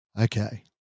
Okay